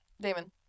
Damon